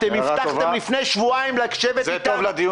אתם הבטחתם לפני שבועיים לשבת איתם,